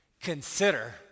consider